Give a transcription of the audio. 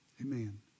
Amen